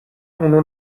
اونو